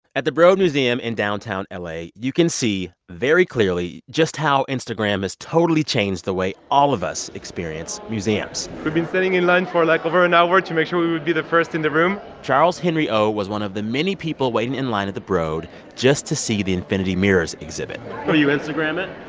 at the broad museum in downtown la, you can see very clearly just how instagram has totally changed the way all of us experience museums we've been sitting in line for, like, over an hour to make sure we would be the first in the room charles henry oh was one of the many people waiting in line at the broad just to see the infinity mirrors exhibit will you instagram it?